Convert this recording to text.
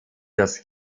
das